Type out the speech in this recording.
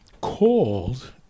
called